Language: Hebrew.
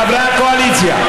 חברי הקואליציה,